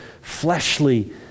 fleshly